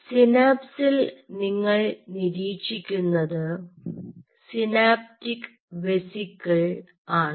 സിനാപ്സിൽ നിങ്ങൾ നിരീക്ഷിക്കുന്നത് synaptic vesicle ആണ്